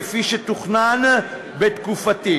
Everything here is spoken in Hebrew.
כפי שתוכנן בתקופתי.